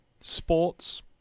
Sports